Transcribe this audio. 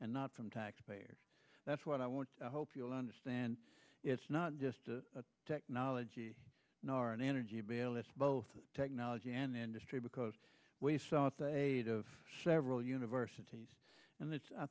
and not from taxpayers that's what i want to hope you'll understand it's not just a technology nor an energy bayless both technology and industry because we saw at the aid of several universities and it's i